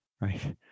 right